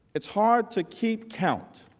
it's hard to keep capped